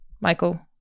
Michael